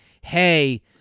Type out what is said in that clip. Hey